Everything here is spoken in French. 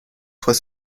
soit